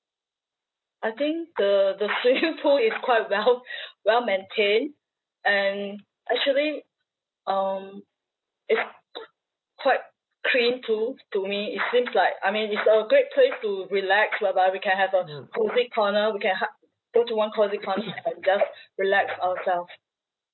I think the the swimming pool is quite well well maintained and actually um it's quite clean too to me it seems like I mean it's a great place to relax whereby we can have a cosy corner we can hu~ go to one cosy corner and just relax ourselves